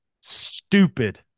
stupid